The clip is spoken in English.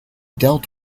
dealt